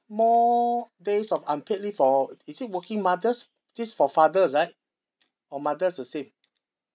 more days off unpaid leave for is it working mothers this is for fathers right or mother's the same